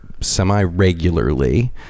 semi-regularly